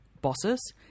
bosses